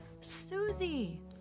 Susie